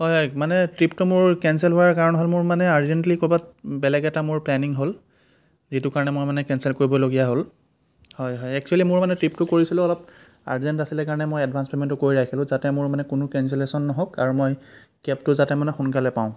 হয় মানে ট্ৰিপটো মোৰ কেনচেল হোৱাৰ কাৰণ হ'ল মোৰ মানে আৰ্জেণ্টলী ক'ৰবাত বেলেগ এটা মোৰ প্লেনিং হ'ল যিটো কাৰণে মই মানে কেনচেল কৰিবলগীয়া হ'ল হয় হয় একচুৱেলী মোৰ মানে ট্ৰিপটো কৰিছিলোঁ অলপ আৰ্জেণ্ট আছিলে কাৰণে মই এডভান্স পেমেন্টটো কৰি ৰাখিলোঁ যাতে মোৰ মানে কোনো কেনচেলেচন নহওক আৰু মই কেবটো যাতে মানে সোনকালে পাওঁ